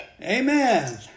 Amen